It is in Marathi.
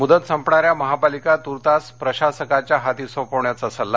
मुदत संपणाऱ्या महापालिका तूर्तास प्रशासकाच्या हाती सोपवण्याचा सल्ला